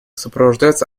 сопровождается